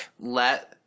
Let